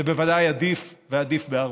זה בוודאי עדיף ועדיף בהרבה.